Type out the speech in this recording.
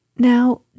Now